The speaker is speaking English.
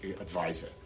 advisor